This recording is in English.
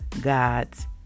God's